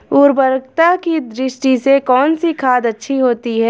उर्वरकता की दृष्टि से कौनसी खाद अच्छी होती है?